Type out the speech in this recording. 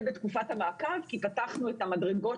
בתקופת המעקב כי פתחנו את המדרגות,